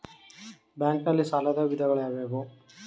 Bank ನಲ್ಲಿ ಸಾಲದ ವಿಧಗಳಾವುವು?